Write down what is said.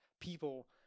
people